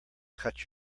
cut